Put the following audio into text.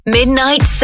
Midnight